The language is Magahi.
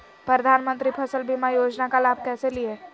प्रधानमंत्री फसल बीमा योजना का लाभ कैसे लिये?